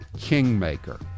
kingmaker